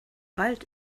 bald